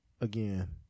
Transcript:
again